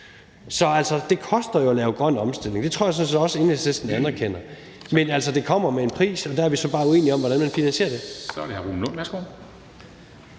Så det koster jo at lave grøn omstilling, og det tror jeg sådan set også at Enhedslisten anerkender, men det kommer med en pris, og der er vi så bare uenige om, hvordan man finansierer det. Kl. 10:23 Formanden